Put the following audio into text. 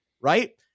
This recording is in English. right